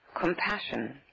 compassion